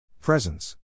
Presence